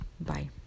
Bye